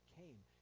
came